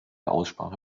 aussprache